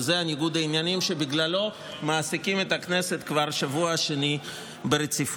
וזה ניגוד העניינים שבגללו מעסיקים את הכנסת כבר שבוע שני ברציפות.